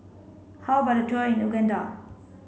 how about a tour in Uganda